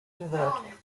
inverter